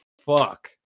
fuck